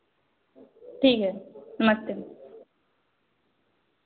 ठीक है नमस्ते